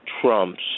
Trump's